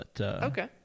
Okay